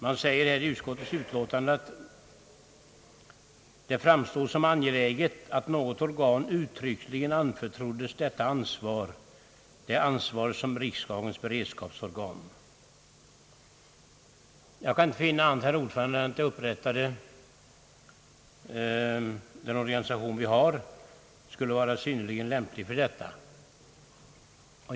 Det sägs här i utlåtandet: »Det framstod som angeläget att något organ uttryckligen anförtroddes detta ansvar» — dvs. ansvaret som riksdagens beredskapsorgan. Jag kan inte finna annat, herr talman, än att den organisation vi har skulle vara synnerligen lämplig för detta.